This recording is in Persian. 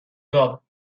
گاو